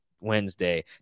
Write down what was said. Wednesday